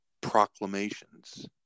proclamations